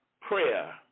Prayer